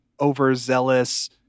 overzealous